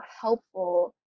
helpful